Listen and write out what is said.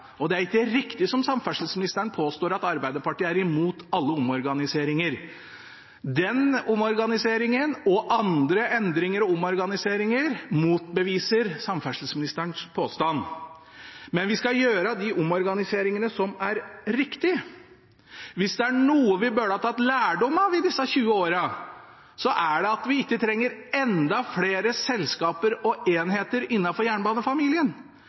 og det er ikke riktig som samferdselsministeren påstår, at Arbeiderpartiet er imot alle omorganiseringer. Den omorganiseringen – og andre endringer og omorganiseringer – motbeviser samferdselsministerens påstand, men vi skal gjøre de omorganiseringene som er riktige. Hvis det er noe vi burde ha tatt lærdom av i disse 20 årene, så er det at vi ikke trenger enda flere selskaper og enheter innenfor jernbanefamilien.